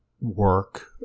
work